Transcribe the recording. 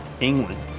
England